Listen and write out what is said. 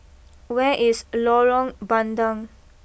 where is Lorong Bandang